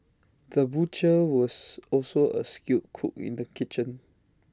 the butcher was also A skilled cook in the kitchen